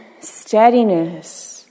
steadiness